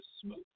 Smoke